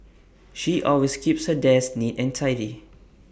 she always keeps her desk neat and tidy